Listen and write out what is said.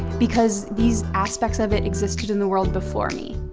because these aspects of it existed in the world before me.